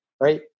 right